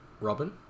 Robin